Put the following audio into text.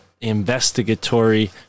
investigatory